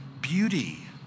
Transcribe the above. beauty